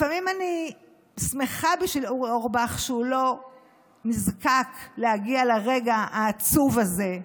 לפעמים אני שמחה בשביל אורי אורבך שהוא לא נזקק להגיע לרגע העצוב הזה,